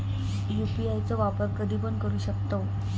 UPI चो वापर कधीपण करू शकतव?